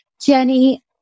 Jenny